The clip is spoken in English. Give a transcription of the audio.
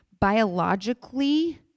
biologically